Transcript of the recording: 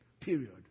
period